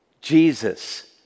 Jesus